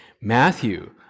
Matthew